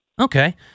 Okay